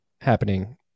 happening